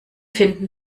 finden